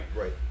right